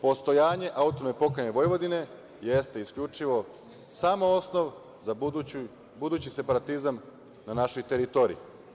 Postojanje AP Vojvodine jeste isključivo samo osnov za budući separatizam na našoj teritoriji.